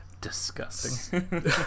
disgusting